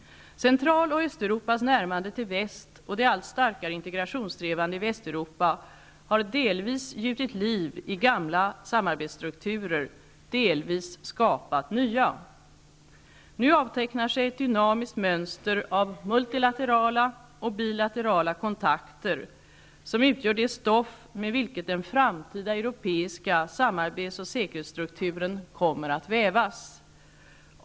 Central och Östeuropas närmande till väst och de allt starkare integrationssträvandena i Västeuropa har delvis gjutit liv i gamla samarbetsstrukturer, delvis skapat nya. Nu avtecknar sig ett dynamiskt mönster av multilaterala och bilaterala kontakter, som utgör det stoff med vilket den framtida europeiska samarbets och säkerhetsstrukturen kommer att vävas.